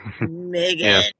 Megan